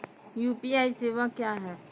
UPI सेवा क्या हैं?